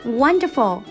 wonderful